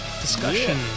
discussion